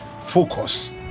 Focus